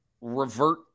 revert